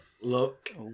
look